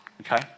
Okay